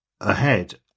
ahead